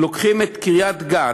לוקחים את קריית-גת,